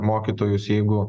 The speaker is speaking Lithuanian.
mokytojus jeigu